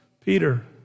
Peter